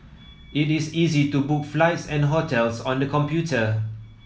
it is easy to book flights and hotels on the computer